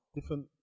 Different